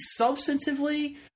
substantively